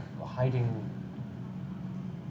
hiding